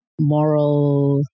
moral